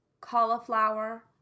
cauliflower